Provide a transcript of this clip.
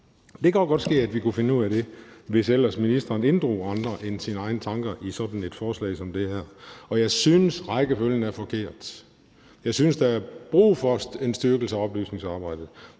Det kan også godt ske at vi kunne finde ud af det, hvis ellers ministeren inddrog andre end sine egne tanker i sådan et forslag som det her. Og jeg synes, rækkefølgen er forkert. Jeg synes, der er brug for en styrkelse af oplysningsarbejdet,